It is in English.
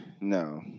no